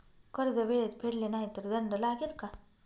कर्ज वेळेत फेडले नाही तर दंड लागेल का?